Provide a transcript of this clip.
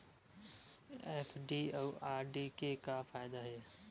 FD अउ RD के का फायदा हे?